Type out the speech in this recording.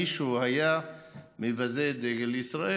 מישהו היה מבזה את דגל המדינה,